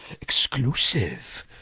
exclusive